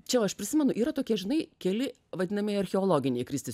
čia aš prisimenu yra tokie žinai keli vadinamieji archeologiniai kristi